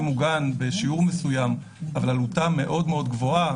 מוגן בשיעור מסוים אבל עלותה מאוד גבוהה,